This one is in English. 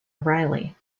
riley